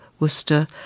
Worcester